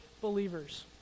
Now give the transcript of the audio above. believers